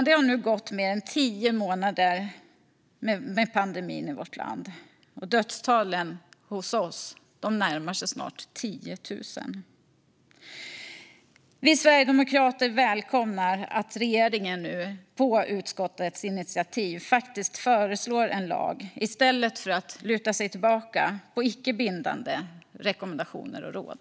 Sverige har nu levt mer än tio månader med pandemin, och dödstalen närmar sig snart 10 000. Sverigedemokraterna välkomnar därför att regeringen nu på utskottets initiativ föreslår en lag i stället för att luta sig mot icke bindande rekommendationer och råd.